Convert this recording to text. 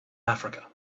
africa